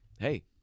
Hey